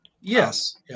yes